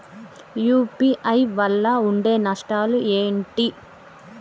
UPI వల్ల ఉండే నష్టాలు ఏంటి??